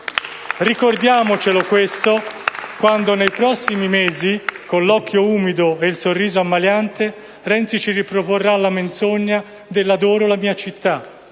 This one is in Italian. Ricordiamocelo quando nei prossimi mesi, con l'occhio umido e il sorriso ammaliante, Renzi ci riproporrà la menzogna dell' «adoro la mia città»: